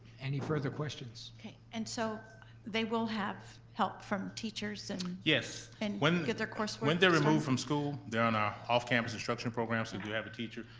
any further questions? and so they will have help from teachers and yes. and get their coursework? when they're removed from school, they're on our off-campus instruction program, so they do have a teacher,